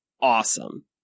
awesome